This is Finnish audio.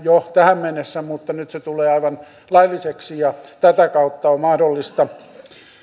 jo tähän mennessä mutta nyt se tulee aivan lailliseksi ja tätä kautta on mahdollista